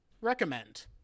recommend